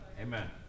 Amen